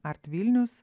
art vilnius